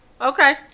Okay